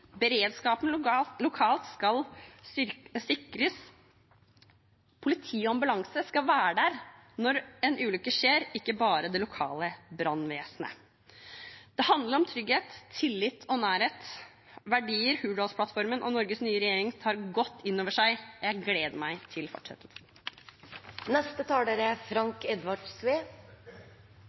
beredskapen lokalt skal sikres, politi og ambulanse skal være der når en ulykke skjer, ikke bare det lokale brannvesenet. Det handler om trygghet, tillit og nærhet – verdier som Hurdalsplattformen og Norges nye regjering tar godt inn over seg. Jeg gleder meg til